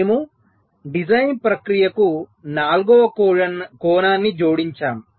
మేము డిజైన్ ప్రక్రియకు నాల్గవ కోణాన్ని జోడించాము